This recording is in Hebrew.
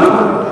למה?